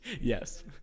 Yes